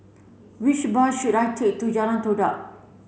which bus should I take to Jalan Todak